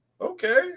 Okay